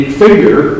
figure